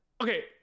okay